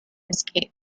escape